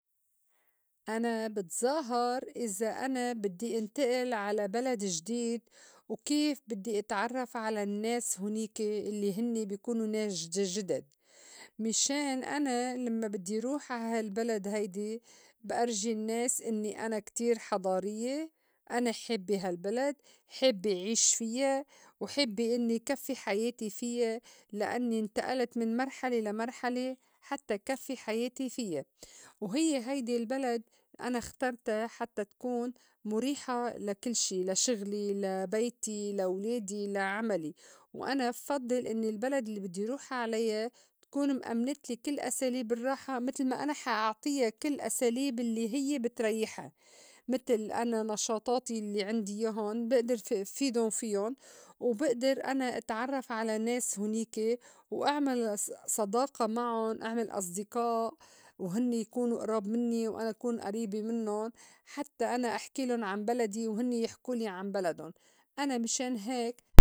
أنا بتظاهر إذا أنا بدّي إنتئل على بلد جديد وكيف بدّي إتعرّف على النّاس هونيكة الّي هنّي بي كونو ناس جدد مِشان أنا لمّا بدّي روح عا هالبلد هيدي بأرجي النّاس إنّي أنا كتير حضاريّة، أنا حابّة هالبلد حابّة عيش فيّا وحابّة إنّي كفّي حياتي فيّا لأنّي انتئلت من مرحلة لا مرحلة حتّى كفّي حياتي فيّا، وهيّ هيدي البلد أنا اخترتا حتآ تكون مُريحة لكل شي لشغلي، لبيتي، لوليدي، لعملي، وأنا بفضّل إنّي البلد اللّي بدّي روح عليّا تكون مأمنتلي كل أساليب الرّاحة متل ما أنا حأعطيّا كل أساليب الّي هيّ بتريّحا متل أنا نشاطاتي الّي عندي ياهُن بئدر في- فيدُن فيُّن وبئدر أنا أتعرّف على ناس هُنيكة وأعمل ص- صداقة معُن أعمل أصدقاء وهنّي يكونو أريبة منّي وأنا كون أريبة منّن حتّى أنا أحكيلُن عن بلدي وهنّي يحكولي عن بلدُن أنا من شان هيك.